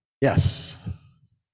Yes